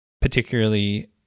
particularly